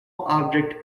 object